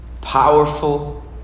powerful